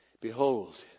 Behold